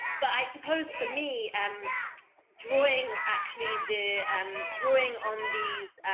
but i suppose for me, and drawing, actually, the um drawing on these,